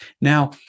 Now